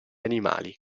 animali